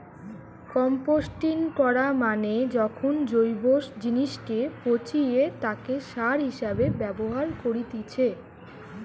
composting করা মানে যখন জৈব জিনিসকে পচিয়ে তাকে সার হিসেবে ব্যবহার করেতিছে